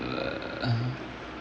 err